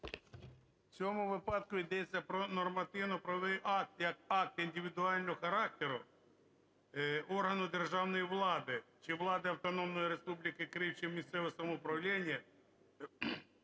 В цьому випадку йдеться про нормативно-правовий акт як акт індивідуального характеру органу державної влади чи влади Автономної Республіки Крим, чи в місцевого самоуправління,